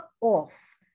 off